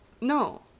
no